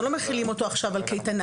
אנחנו לא מחילים אותו עכשיו על קייטנה.